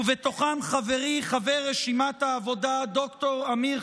ובתוכם חברי חבר רשימת העבודה ד"ר אמיר